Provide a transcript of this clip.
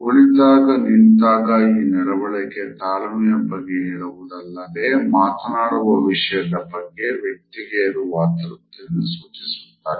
ಕುಳಿತಾಗನಿಂತಾಗ ಈ ನಡವಳಿಕೆ ತಾಳ್ಮೆಯ ಬಗ್ಗೆ ಹೇಳುವುದಲ್ಲದೆ ಮಾತನಾಡುವ ವಿಷಯದ ಬಗ್ಗೆ ವ್ಯಕ್ತಿಗೆ ಇರುವ ಅತೃಪ್ತಿಯನ್ನು ಸೂಚಿಸುತ್ತದೆ